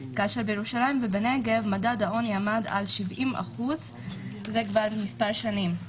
כאשר בירושלים ובנגב מדד העוני עמד על 70% זה כבר מספר שנים.